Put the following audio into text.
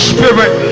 Spirit